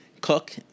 cook